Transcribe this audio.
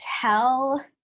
tell